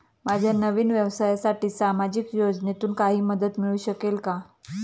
माझ्या नवीन व्यवसायासाठी सामाजिक योजनेतून काही मदत मिळू शकेल का?